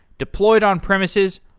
deployed on premises,